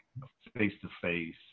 face-to-face